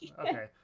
Okay